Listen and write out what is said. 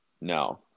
No